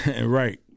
right